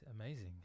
amazing